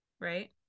right